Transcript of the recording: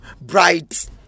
Bright